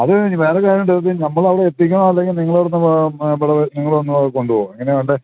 അത് കഴിഞ്ഞ് ഇനി വേറൊര് കാര്യമുണ്ട് നമ്മൾ അവിടെ എത്തിക്കണോ അല്ലെങ്കിൽ നിങ്ങളുടെ അവിടുന്ന് ഇവിടെ നിങ്ങൾ വന്ന് അത് കൊണ്ടുപോകുമോ എങ്ങനെയാണ് വേണ്ടത്